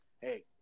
Hey